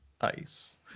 ice